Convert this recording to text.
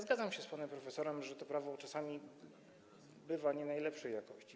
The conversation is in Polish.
Zgadzam się z panem profesorem, że to prawo czasami bywa nie najlepszej jakości.